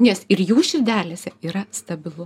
nes ir jų širdelėse yra stabilu